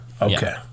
Okay